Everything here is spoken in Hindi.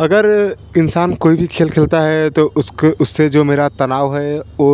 अगर इंसान कोई भी खेल खेलता है तो उसके उससे जो मेरा तनाव है वो